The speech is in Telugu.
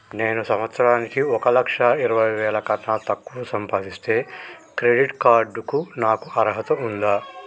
నేను సంవత్సరానికి ఒక లక్ష ఇరవై వేల కన్నా తక్కువ సంపాదిస్తే క్రెడిట్ కార్డ్ కు నాకు అర్హత ఉందా?